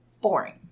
boring